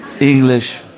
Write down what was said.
English